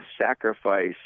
sacrifice